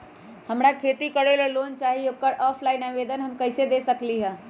हमरा खेती करेला लोन चाहि ओकर ऑफलाइन आवेदन हम कईसे दे सकलि ह?